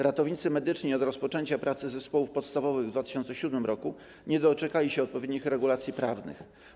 Ratownicy medyczni od rozpoczęcia pracy zespołów podstawowych w 2007 r. nie doczekali się odpowiednich regulacji prawnych.